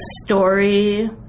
story